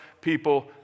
people